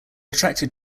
attracted